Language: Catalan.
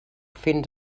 fins